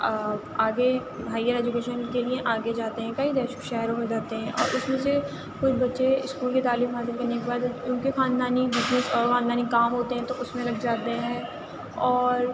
آگے higher education کے لیے آگے جاتے ہیں کئی دیش شہروں میں جاتے ہیں اور اُس میں سے کچھ بچے اسکول کی تعلیم حاصل کرنے کے بعد اُن کے خاندانی بزنس اور خاندانی کام ہوتے ہیں تو اُس میں لگ جاتے ہیں اور